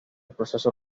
proceso